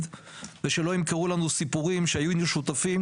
ושלא ימכרו לנו סיפורים שהיינו שותפים.